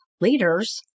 leaders